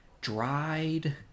dried